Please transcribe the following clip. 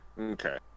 Okay